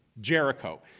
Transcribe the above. Jericho